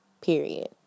period